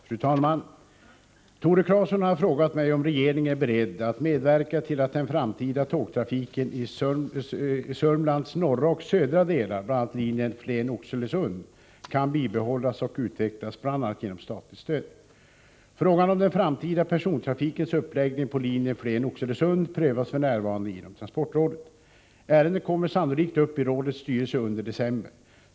Fru talman! Tore Claeson har frågat mig om regeringen är beredd att medverka till att den framtida tågtrafiken i Sörmlands norra och södra delar, bl.a. linjen Flen-Oxelösund, kan bibehållas och utvecklas, bl.a. genom statligt stöd. Frågan om den framtida persontrafikens uppläggning på linjen Flen Oxelösund prövas f. n. inom transportrådet. Ärendet kommer sannolikt upp i rådets styrelse under december.